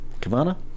Kavana